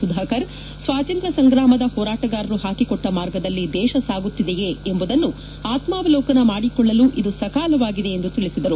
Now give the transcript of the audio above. ಸುಧಾಕರ್ ಸ್ವಾತಂತ್ರ ಸಂಗ್ರಾಮದ ಹೋರಾಟಗಾರರು ಪಾಕಿಕೊಟ್ಟ ಮಾರ್ಗದಲ್ಲಿ ದೇಶ ಸಾಗುತ್ತಿದೆಯೇ ಎಂಬುದನ್ನು ಆತ್ಮಾವಲೋಕನ ಮಾಡಿಕೊಳ್ಳಲು ಇದು ಸಕಾಲವಾಗಿದೆ ಎಂದು ತಿಳಿಸಿದರು